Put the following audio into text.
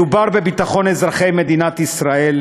מדובר בביטחון אזרחי מדינת ישראל,